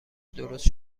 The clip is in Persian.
درست